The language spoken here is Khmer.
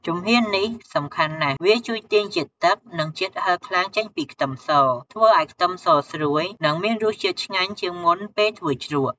ជំហាននេះសំខាន់ណាស់ វាជួយទាញជាតិទឹក និងជាតិហឹរខ្លាំងចេញពីខ្ទឹមស ធ្វើឱ្យខ្ទឹមសស្រួយ និងមានរសជាតិឆ្ងាញ់ជាងមុនពេលធ្វើជ្រក់។